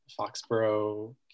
Foxborough